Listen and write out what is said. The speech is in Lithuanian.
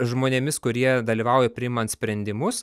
žmonėmis kurie dalyvauja priimant sprendimus